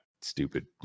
stupid